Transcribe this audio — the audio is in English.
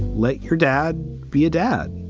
let your dad be a dad.